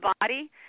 body